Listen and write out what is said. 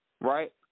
right